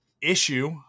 issue